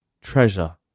Treasure